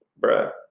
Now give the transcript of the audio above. Bruh